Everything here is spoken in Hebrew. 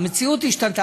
המציאות השתנתה,